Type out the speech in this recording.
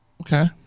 Okay